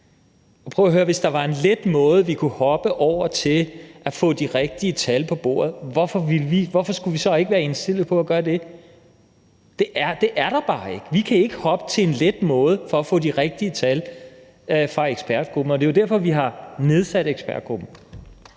hvis der var en let måde, vi kunne hoppe over til at få de rigtige tal på bordet, hvorfor skulle vi så ikke være indstillet på at gøre det? Det er der bare ikke. Vi kan ikke hoppe til en let måde for at få de rigtige tal, og det er jo derfor, vi har nedsat ekspertgruppen.